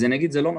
אבל זה לא נכון.